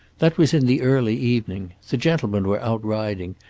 that was in the early evening. the gentlemen were out riding,